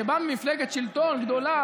שבא ממפלגת שלטון גדולה,